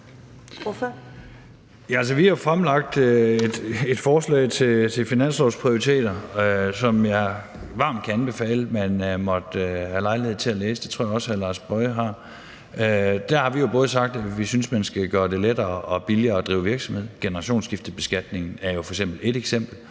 Vi har jo fremlagt et forslag til finanslovsprioriteter, som jeg varmt kan anbefale man måtte tage sig lejlighed til at læse. Det tror jeg også hr. Lars Boje Mathiesen har. Der har vi jo sagt, at vi synes, at man skal gøre det både lettere og billigere at drive virksomhed. Generationsskiftebeskatningen er jo et eksempel,